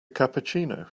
cappuccino